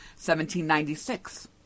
1796